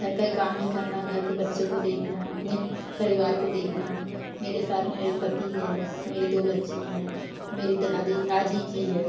घर का ही काम ही करना घर के बच्चाें को देखना अपने परिवार को देखना मेरे साथ में मेरे पति है मेरे दो बच्चे हैं मेरी दादी आजी जी है